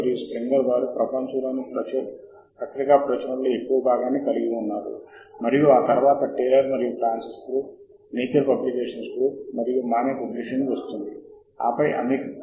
మరియు ఈ జాబితా ఇప్పుడు నా గుంపుల క్రింద కనిపిస్తుంది ఎగుమతి సూచనలు ఎంచుకోవడానికి టాబ్ ఆకృతిపై క్లిక్ చేయండి మీరు ఎగుమతి సూచనల క్రింద ఇప్పుడే చేసిన సూచనల క్రొత్త సమూహాన్ని ఎంచుకోండి బిబ్ టెక్స్ ఎగుమతికి ఎగుమతి శైలిని ఎంచుకోండి సేవ్ పై క్లిక్ చేయండి ఎగుమతి జాబితా